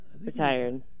Retired